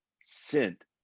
sent